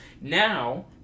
Now